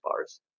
bars